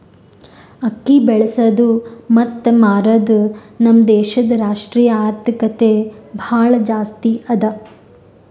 ಅಕ್ಕಿ ಬೆಳಸದ್ ಮತ್ತ ಮಾರದ್ ನಮ್ ದೇಶದ್ ರಾಷ್ಟ್ರೀಯ ಆರ್ಥಿಕತೆಗೆ ಭಾಳ ಜಾಸ್ತಿ ಅದಾ